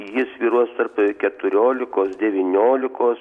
ji svyruos tarp keturiolikos devyniolikos